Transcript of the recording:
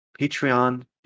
Patreon